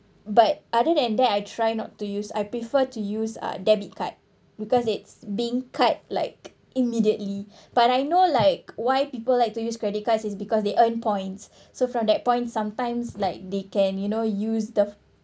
but other than that I try not to use I prefer to use uh debit card because it's being card like immediately but I know like why people like to use credit cards is because they earn points so from that point sometimes like they can you know use the